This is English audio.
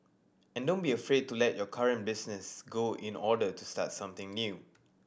and don't be afraid to let your current business go in order to start something new